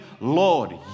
Lord